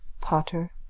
Potter